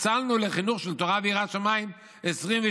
הצלנו לחינוך של תורה ויראת שמיים 26,000